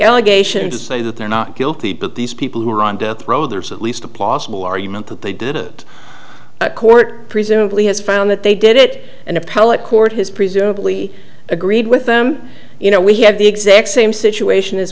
allegation to say that they're not guilty but these people who are on death row there's at least a plausible argument that they did it at court presumably has found that they did it and appellate court has presumably agreed with them you know we have the exact same situation as